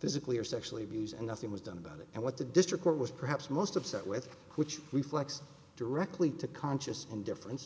physically or sexually abused and nothing was done about it and what the district court was perhaps most upset with which reflects directly to conscious and difference